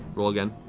roll again.